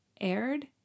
aired